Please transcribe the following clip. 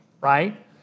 right